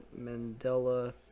Mandela